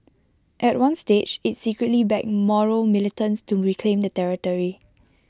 at one stage IT secretly backed Moro militants to reclaim the territory